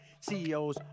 CEOs